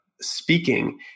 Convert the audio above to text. speaking